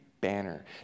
banner